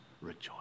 rejoice